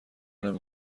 نمی